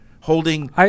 holding